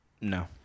No